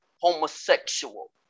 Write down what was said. homosexual